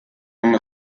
una